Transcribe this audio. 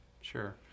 sure